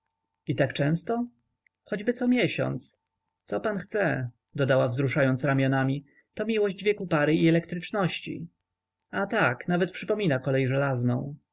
i tak często choćby comiesiąc co pan chce dodała wzruszając ramionami to miłość wieku pary i elektryczności a tak nawet przypomina kolej żelazną